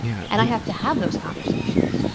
yeah and i have to have those conversations.